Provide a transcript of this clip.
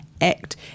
ACT